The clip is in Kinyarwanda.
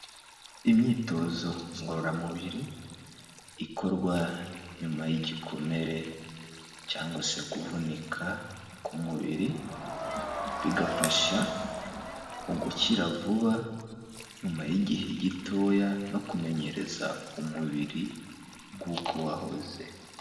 Imyitozo ngororamubiri ikorwa nyuma y'igikomere cyangwa se kuvunika ku mubiri, bigafasha mu gukira vuba nyuma y'igihe gitoya no kumenyereza umubiri nk'uko wahoze.